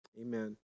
Amen